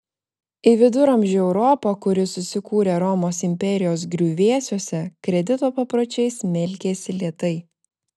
į viduramžių europą kuri susikūrė romos imperijos griuvėsiuose kredito papročiai smelkėsi lėtai